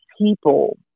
people